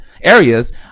areas